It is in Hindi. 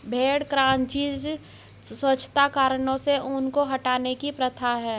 भेड़ क्रचिंग स्वच्छता कारणों से ऊन को हटाने की प्रथा है